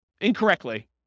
incorrectly